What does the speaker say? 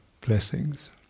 blessings